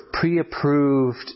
pre-approved